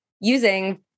using